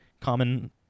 common